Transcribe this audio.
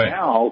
now